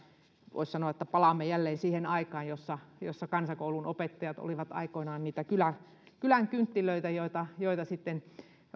voisi sanoa että palaamme jälleen siihen aikaan jossa jossa kansakoulunopettajat olivat aikoinaan niitä kylän kylän kynttilöitä joita joita sitten